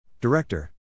Director